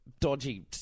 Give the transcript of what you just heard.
dodgy